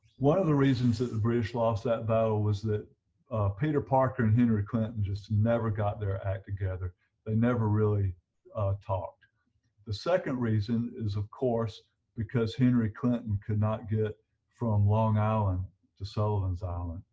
one of the reasons that the british lost that battle was that peter parker and clinton just never got their act together they never really talked the second reason is of course because henry clinton could not get from long island to sullivan's island.